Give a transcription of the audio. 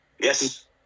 Yes